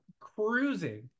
cruising